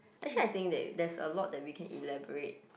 actually I think there is there is a lot that we can elaborate